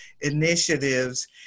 initiatives